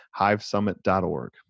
HiveSummit.org